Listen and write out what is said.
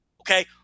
Okay